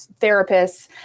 therapists